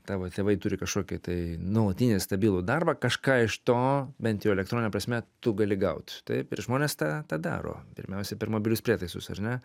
tavo tėvai turi kažkokį tai nuolatinį stabilų darbą kažką iš to bent jau elektronine prasme tu gali gaut taip ir žmonės tą tą daro pirmiausia per mobilius prietaisus ar ne